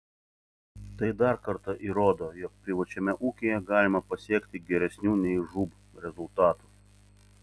tai dar kartą įrodo jog privačiame ūkyje galima pasiekti geresnių nei žūb rezultatų